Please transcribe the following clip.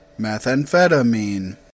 Methamphetamine